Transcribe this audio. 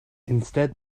instead